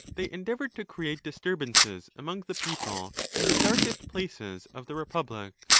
they endeavoured to create disturbances among the people in the darkest places of the republic.